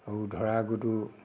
সৌ ধৰা গুড্ডু